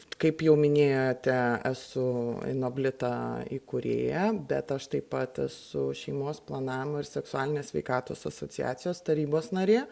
kaip jau minėjote esu inoblita įkūrėja bet aš taip pat esu šeimos planavimo ir seksualinės sveikatos asociacijos tarybos narė